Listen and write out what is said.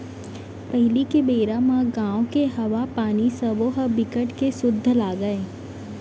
पहिली के बेरा म गाँव के हवा, पानी सबो ह बिकट के सुद्ध लागय